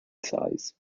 size